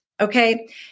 Okay